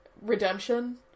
Redemption